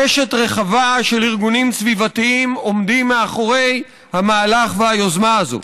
קשת רחבה של ארגונים סביבתיים עומדים מאחורי המהלך והיוזמה הזאת.